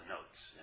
notes